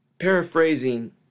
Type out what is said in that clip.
Paraphrasing